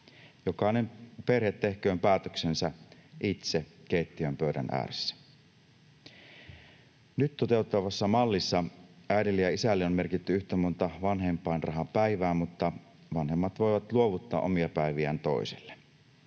Jokainen perhe tehköön päätöksensä itse keittiön pöydän ääressä. Nyt toteutettavassa mallissa äidille ja isälle on merkitty yhtä monta vanhempainrahapäivää, mutta vanhemmat voivat luovuttaa omia päiviään toisille.